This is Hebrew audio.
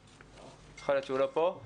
יכול להיות שהוא לא פה.